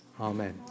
Amen